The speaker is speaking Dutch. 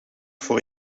voor